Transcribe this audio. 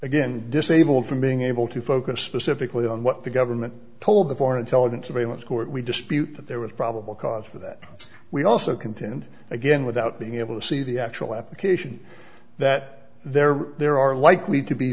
again disabled from being able to focus specifically on what the government told the foreign intelligence surveillance court we dispute that there was probable cause for that we also contend again without being able to see the actual application that there are there are likely to be